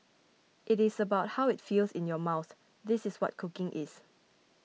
it is about how it feels in your mouth this is what cooking is